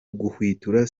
uguhwitura